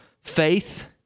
faith